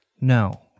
No